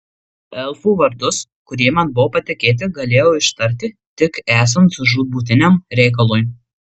elfų vardus kurie man buvo patikėti galėjau ištarti tik esant žūtbūtiniam reikalui